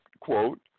quote